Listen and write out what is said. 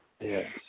Yes